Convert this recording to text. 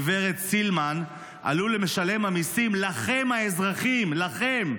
גב' סילמן, עלו למשלם המיסים, לכם, האזרחים, לכם,